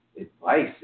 advice